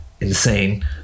insane